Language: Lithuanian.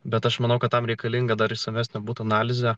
bet aš manau kad tam reikalinga dar išsamesnė būtų analizė